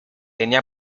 tenía